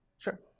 Sure